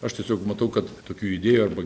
aš tiesiog matau kad tokių idėjų arba